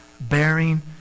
bearing